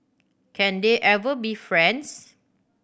can they ever be friends